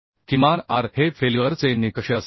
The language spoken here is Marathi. किमान आर हे फेल्युअर चे निकष असतील